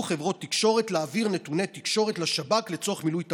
חברות תקשורת להעביר נתוני תקשורת לשב"כ לצורך מילוי תפקידו.